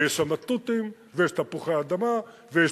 ויש שם תותים ויש תפוחי-אדמה ויש